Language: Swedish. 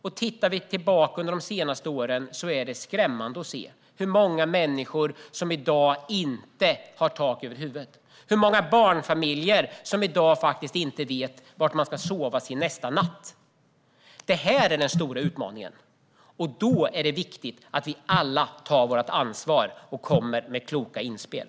Ser vi några år tillbaka och jämför med i dag är det skrämmande hur många som nu inte har tak över huvudet och hur många barnfamiljer som inte vet var de ska sova nästa natt. Detta är den stora utmaningen. Därför är det viktigt att vi alla tar ansvar och kommer med kloka inspel.